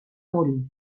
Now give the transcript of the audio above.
morir